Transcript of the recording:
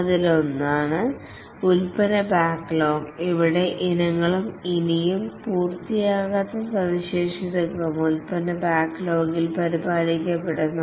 അതിലൊന്നാണ് product backlog ഇവിടെ ഇനങ്ങളും ഇനിയും പൂർത്തിയാകാത്ത സവിശേഷതകളും പ്രോഡക്ട് ബാക്ക്ലോഗിൽ പരിപാലിക്കപ്പെടുന്നു